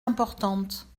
importante